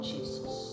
Jesus